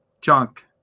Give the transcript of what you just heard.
junk